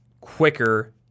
quicker